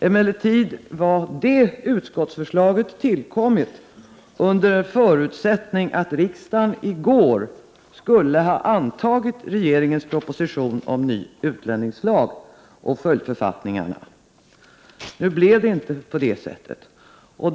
Utskottsförslaget var emellertid tillkommet under förutsättning att riksdagen i går skulle ha antagit regeringens proposition om ny utlänningslag samt följdförfattningar. Nu blev det inte så.